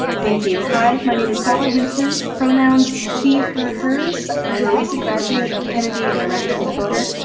thank you. hi, my name is bella hintzman, pronouns, she her hers. i'm a recent graduate of kennedy and a registered voter.